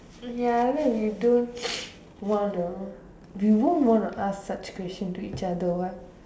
ya lah you don't wanna you won't wanna ask such question to each other what